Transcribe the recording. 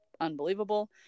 Unbelievable